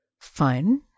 Fine